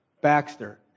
Baxter